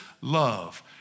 love